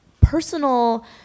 personal